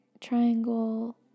triangle